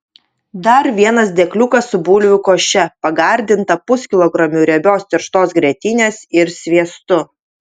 dar vienas dėkliukas su bulvių koše pagardinta puskilogramiu riebios tirštos grietinės ir sviestu